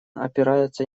опираются